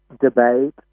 debate